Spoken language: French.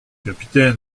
capitaine